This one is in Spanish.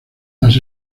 las